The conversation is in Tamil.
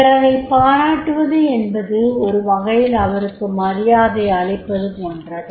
பிறரைப் பாராட்டுவது என்பது ஒருவகையில் அவருக்கு மரியதை அளிப்பது போன்றதே